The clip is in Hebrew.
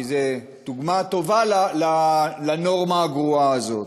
כי זו דוגמה טובה לנורמה הגרועה הזאת.